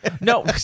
No